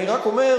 אני רק אומר,